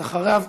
ראשון הדוברים,